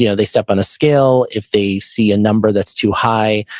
you know they step on a scale. if they see a number that's too high,